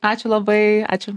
ačiū labai ačiū